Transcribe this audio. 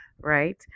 right